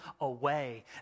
away